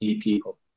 people